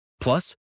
Plus